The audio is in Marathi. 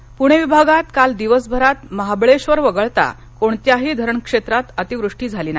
नंदरवार पुणे विभागात काल दिवसभरात महाबळेश्वर वगळता कोणत्याही धरणक्षेत्रात अतिवृष्टी झाली नाही